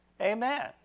Amen